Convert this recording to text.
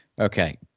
okay